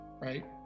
right